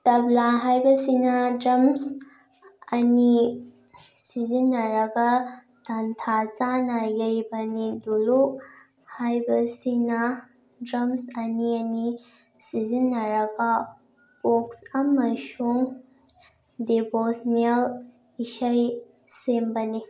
ꯇꯕ꯭ꯂꯥ ꯍꯥꯏꯕꯁꯤꯅ ꯗ꯭ꯔꯝꯁ ꯑꯅꯤ ꯁꯤꯖꯤꯟꯅꯔꯒ ꯇꯥꯟꯊꯥ ꯆꯥꯅ ꯌꯩꯕꯅꯤ ꯙꯨꯂꯣꯛ ꯍꯥꯏꯕꯁꯤꯅ ꯗ꯭ꯔꯝꯁ ꯑꯅꯤ ꯑꯅꯤ ꯁꯤꯖꯤꯟꯅꯔꯒ ꯑꯣꯛꯁ ꯑꯃꯁꯨꯡ ꯗꯦꯕꯣꯁꯅꯤꯌꯦꯜ ꯏꯁꯩ ꯁꯦꯝꯕꯅꯤ